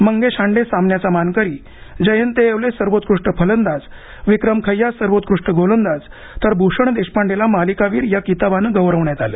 मंगेश हांडे सामन्याचा मानकरी जयंत येवले सर्वोत्कृष्ट फलंदाज विक्रम खैया सर्वोत्कृष्ट गोलंदाज तर भूषण देशपांडेला मालिकावीर या किताबाने गौरवण्यात आलं